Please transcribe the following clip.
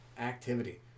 activity